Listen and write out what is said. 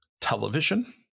television